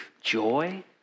joy